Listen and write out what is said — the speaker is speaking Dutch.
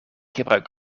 gebruik